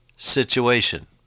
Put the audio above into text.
Situation